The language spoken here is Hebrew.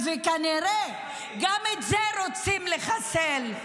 כנראה שגם את זה רוצים לחסל.